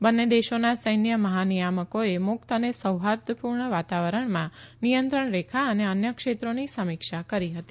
બંને દેશોના સૈન્ય મહાનિયામકોએ મુકત અને સૌહાર્દપુર્ણ વાતાવરણમાં નિયંત્રણ રેખા અને અન્ય ક્ષેત્રોની સમીક્ષા કરી હતી